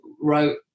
wrote